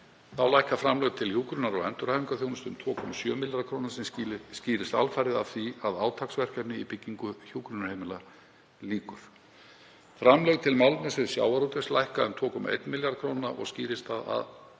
Þá lækka framlög til hjúkrunar- og endurhæfingarþjónustu um 2,7 milljarða kr. sem skýrist alfarið af því að átaksverkefni í byggingu hjúkrunarheimila lýkur. Framlög til málefnasviðs sjávarútvegs lækka um 2,1 milljarð kr. og skýrist af